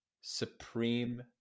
supreme